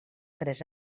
tres